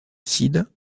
sid